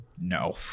No